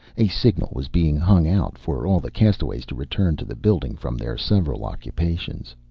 a signal was being hung out for all the castaway to return to the building from their several occupations.